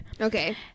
okay